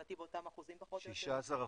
לדעתי, באותם אחוזים פחות או יותר.